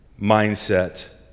mindset